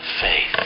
faith